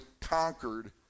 conquered